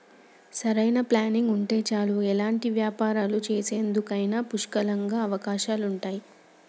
సరైన ప్లానింగ్ ఉంటే చాలు ఎలాంటి వ్యాపారాలు చేసేందుకైనా పుష్కలంగా అవకాశాలుంటయ్యి